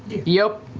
yep.